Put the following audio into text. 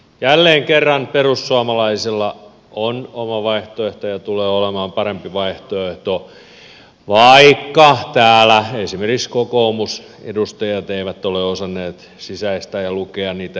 jälleen kerran perussuomalaisilla on oma vaihtoehto ja tulee olemaan parempi vaihtoehto vaikka täällä esimerkiksi kokoomusedustajat eivät ole osanneet sisäistää ja lukea niitä edellisiäkään